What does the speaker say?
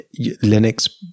linux